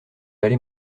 aller